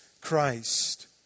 Christ